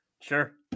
sure